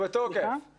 על גילי לידה עד שלוש.